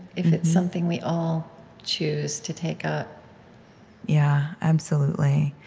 if it's something we all choose to take up yeah absolutely.